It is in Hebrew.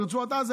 ברצועת עזה,